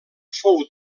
fou